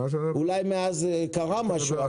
אולי מאז קרה משהו,